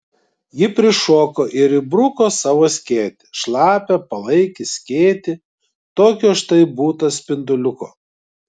ji prišoko ir įbruko savo skėtį šlapią palaikį skėtį tokio štai būta spinduliuko